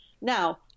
Now